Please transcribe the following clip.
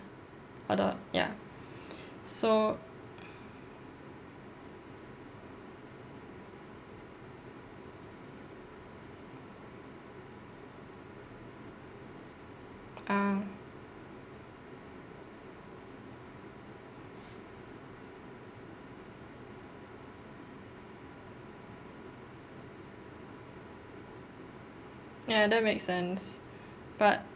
or the ya so ah ya that makes sense but